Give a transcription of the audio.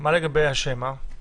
מה לגבי השמע?